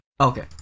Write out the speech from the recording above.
Okay